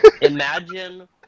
Imagine